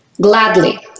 Gladly